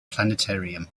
planetarium